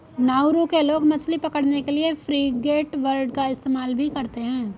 Nauru के लोग मछली पकड़ने के लिए फ्रिगेटबर्ड का इस्तेमाल भी करते हैं